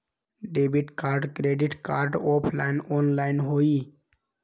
Debit card credit card offline online होई?